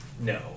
No